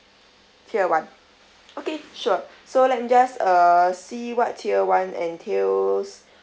tier one okay sure so let me just uh see what tier one entails